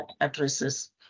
addresses